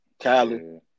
Kylie